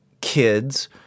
kids